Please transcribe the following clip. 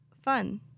Fun